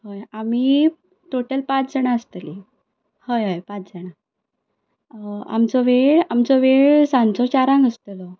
हय आमी टोटल पांच जाणां आसतली हय हय पांच जाणां आमचो वेळ आमचो वेळ सांचो चारांक आसतलो